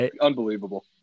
Unbelievable